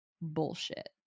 bullshit